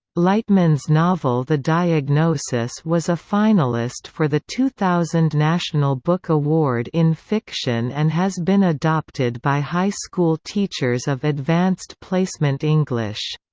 lightman's novel the diagnosis was a finalist for the two thousand national book award in fiction and has been adopted by high school teachers of advanced placement english.